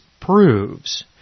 proves